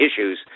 issues